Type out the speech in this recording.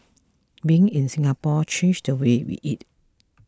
being in Singapore changed the way we eat